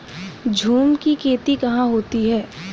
झूम की खेती कहाँ होती है?